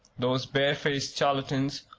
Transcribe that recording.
those barefaced charlatans,